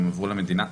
הן עברו למדינה.